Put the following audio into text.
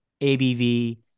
ABV